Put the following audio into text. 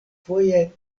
foje